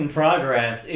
progress